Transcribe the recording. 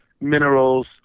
minerals